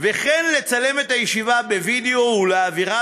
וכן לצלם את הישיבה בווידיאו ולהעבירה